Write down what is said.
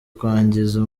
kwangiza